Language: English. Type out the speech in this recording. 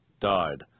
died